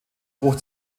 bruch